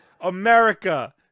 America